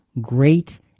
great